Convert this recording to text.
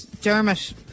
Dermot